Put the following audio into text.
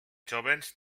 joves